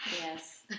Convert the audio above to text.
yes